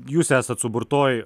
jūs esat suburtoj